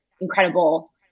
incredible